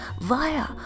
via